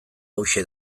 hauxe